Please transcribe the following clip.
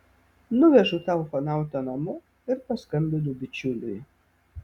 nuvežu tą ufonautą namo ir paskambinu bičiuliui